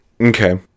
Okay